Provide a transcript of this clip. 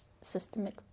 systemic